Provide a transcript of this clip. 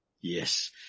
Yes